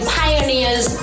pioneers